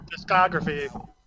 discography